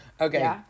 Okay